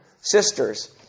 sisters